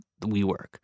WeWork